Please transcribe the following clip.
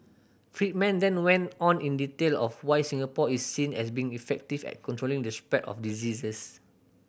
Friedman then went on in detail of why Singapore is seen as being effective at controlling the spread of diseases